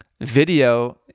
Video